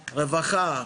רווחה,